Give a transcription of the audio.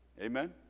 Amen